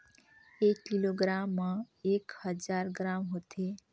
एक किलोग्राम म एक हजार ग्राम होथे